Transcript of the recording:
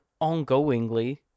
ongoingly